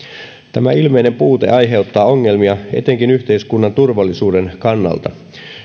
tämä ilmeinen puute aiheuttaa ongelmia etenkin yhteiskunnan turvallisuuden kannalta